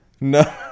No